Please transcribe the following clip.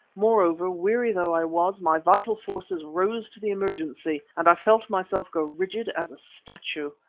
moreover, weary though i was, my vital forces rose to the emergency and i felt myself grow rigid as a statue.